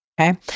Okay